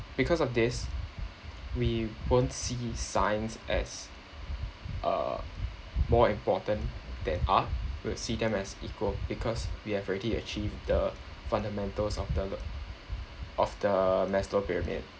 because of this we won't see signs as uh more important there are we'll see them as equal because we have already achieve the fundamentals of the of the maslow pyramid